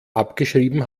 abgeschrieben